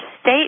state